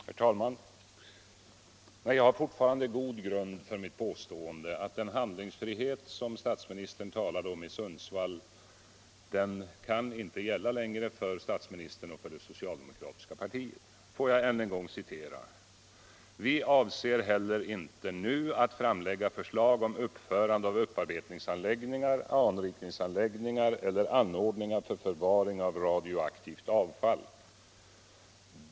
Herr talman! Jag har god grund för mitt påstående att den handlingsfrihet som statsministern talade om i Sundsvall inte längre kan gälla för statsministern och det socialdemokratiska partiet: ”Vi avser heller inte nu att framlägga förslag om uppförande av upparbetningsanläggningar, anrikningsanläggningar eller anordningar för förvaring av radioaktivt avfall.